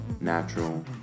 natural